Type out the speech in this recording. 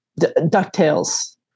DuckTales